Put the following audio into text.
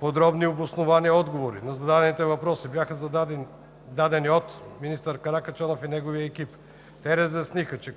Подробни и обосновани отговори на зададените въпроси бяха дадени от министър Каракачанов и неговия екип. Те разясниха, че